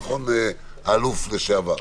נכון, האלוף לשעבר?